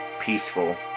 peaceful